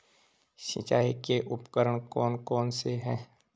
सिंचाई के उपकरण कौन कौन से हैं?